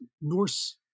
Norse